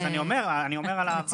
אז אני אומר אני אומר על העבר.